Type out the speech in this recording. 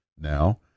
now